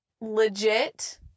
legit